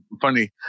funny